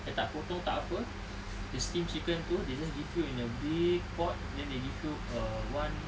dia tak potong tak apa the steamed chicken tu they just give you in a big pot then they give you a one